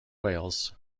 wales